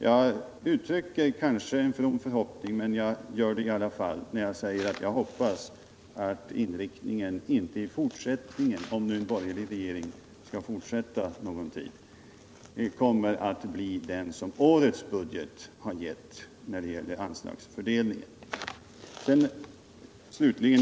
Jag uttrycker kanske en from förhoppning när jag säger att jag hoppas att inriktningen på anslagsfördelningen i fortsättningen — om nu en borgerlig regering kommer att kunna fortsätta — inte skall bli den som redovisas i årets budget. Låt mig ändå framföra det önskemålet.